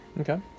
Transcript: Okay